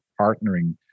partnering